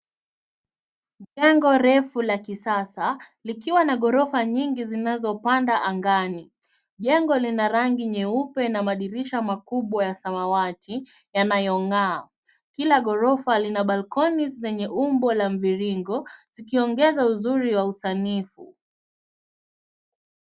Jengo refu la kisasa likiwa na ghorofa nyingi zinazopanda angani. Jengo lina rangi nyeupe na madirisha makubwa ya samawati yanayong'aa. Kila ghorofa lina palikoni zenye umbo la mviringo zikiongeza uzuri wa usanifu.